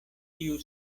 tiu